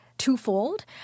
Twofold